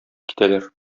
китәләр